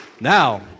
Now